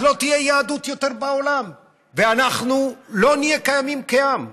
אז לא תהיה יהדות יותר בעולם ואנחנו לא נהיה קיימים כעם.